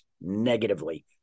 negatively